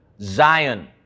Zion